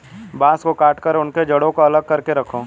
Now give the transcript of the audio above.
बांस को काटकर उनके जड़ों को अलग करके रखो